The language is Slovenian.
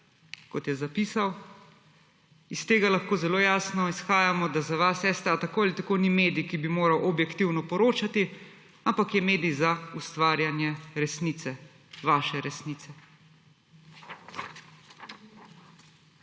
kot je zapisal, iz tega lahko zelo jasno izhajamo, da za vas STA tako ali tako ni medij, ki bi moral objektivno poročati, ampak je medij za ustvarjanje resnice, vaše resnice.